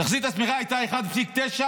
תחזית הצמיחה הייתה 1.9,